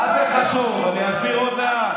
למה לא הגיעו?